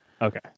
Okay